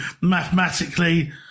mathematically